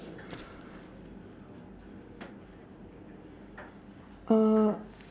uh